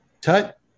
Tut